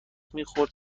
میخورد